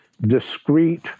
discrete